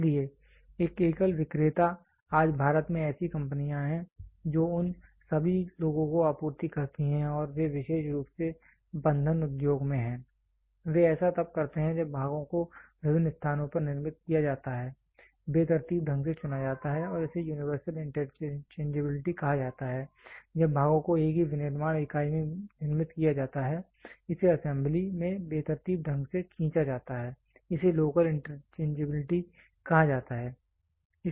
इसलिए एक एकल विक्रेता आज भारत में ऐसी कंपनियां हैं जो उन सभी लोगों को आपूर्ति करती हैं और वे विशेष रूप से बन्धन उद्योग में हैं वे ऐसा तब करते हैं जब भागों को विभिन्न स्थानों पर निर्मित किया जाता है बेतरतीब ढंग से चुना जाता है इसे यूनिवर्सल इंटरचेंजबिलिटी कहा जाता है जब भागों को एक ही विनिर्माण इकाई में निर्मित किया जाता है इसे असेंबली में बेतरतीब ढंग से खींचा जाता है इसे लोकल इंटरचेंजबिलिटी कहा जाता है